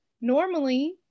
normally